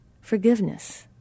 Forgiveness